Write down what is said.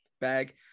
bag